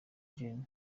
gen